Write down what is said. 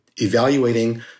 evaluating